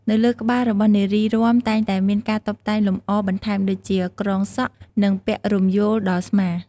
នៅលើក្បាលរបស់នារីរាំតែងតែមានការតុបតែងលម្អបន្ថែម ដូចជា ក្រងសក់ និង ពាក់រំយោលដល់ស្មា។